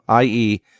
IE